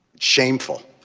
shameful.